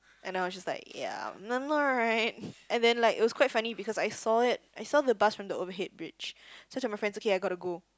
and I was just like ya I'm I'm alright and then like it was quite funny because I saw it I saw the bus from the overhead bridge so I told my friends okay I got to go